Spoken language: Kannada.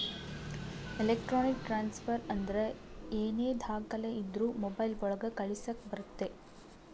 ಎಲೆಕ್ಟ್ರಾನಿಕ್ ಟ್ರಾನ್ಸ್ಫರ್ ಅಂದ್ರ ಏನೇ ದಾಖಲೆ ಇದ್ರೂ ಮೊಬೈಲ್ ಒಳಗ ಕಳಿಸಕ್ ಬರುತ್ತೆ